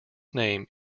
name